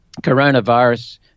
coronavirus